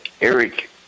Eric